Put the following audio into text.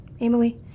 Emily